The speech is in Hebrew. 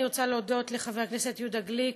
אני רוצה להודות לחבר הכנסת יהודה גליק,